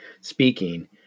speaking